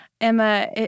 Emma